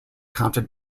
counted